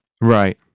Right